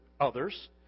others